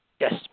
Yes